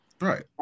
Right